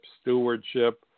stewardship